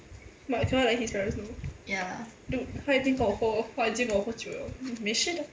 but you cannot let his parents know dude 他已经酒了没事的